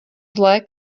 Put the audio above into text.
zlé